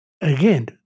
again